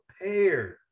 prepared